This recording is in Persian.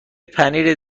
پنیر